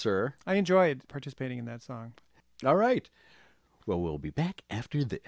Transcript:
sir i enjoyed participating in that song all right well we'll be back after th